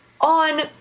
On